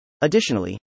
Additionally